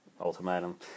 ultimatum